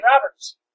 Roberts